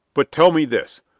but tell me this,